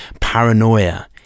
paranoia